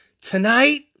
tonight